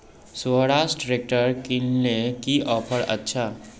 Swaraj tractor किनले की offer अच्छा?